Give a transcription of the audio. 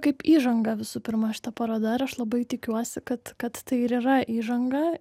kaip įžanga visų pirma šita parodą ir aš labai tikiuosi kad kad tai ir yra įžanga